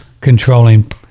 controlling